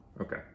Okay